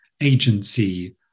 agency